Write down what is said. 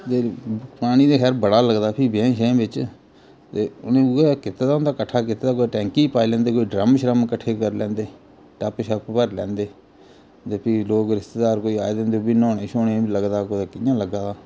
पानी ते खैर बड़ा लगदा फ्ही ब्याएं श्याएं बिच्च ते उ'नें उ'ऐ कीते दा होंदा कट्ठा कीते दा कुतै टैंक्की च पाई लैंदे कोई ड्रम श्रम कट्ठे करी लैंदे टप्प शप्प भरी लैंदै ते फ्ही लोक रिश्तेदार कोई आए दे होंदे ओह् बी न्होने श्होने बी लगदा कुतै कि'यां लग्गा दा